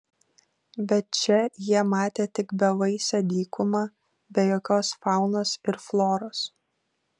bet čia jie matė tik bevaisę dykumą be jokios faunos ir floros